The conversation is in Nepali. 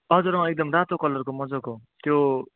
हजुर अँ एकदम रातो कलरको मजाको त्यो